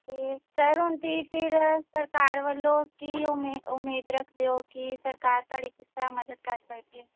ਅਤੇ ਸਰ ਹੁਣ ਤੁਸੀਂ ਫਿਰ ਸਰਕਾਰ ਵੱਲੋਂ ਕੀ ਉਮ ਉਮੀਦ ਰੱਖਦੇ ਹੋ ਕੀ ਸਰਕਾਰ ਤੁਹਾਡੀ ਕਿਸ ਤਰ੍ਹਾਂ ਮਦਦ ਕਰ ਸਕਦੀ ਹੈ